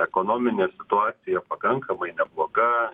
ekonominė situacija pakankamai nebloga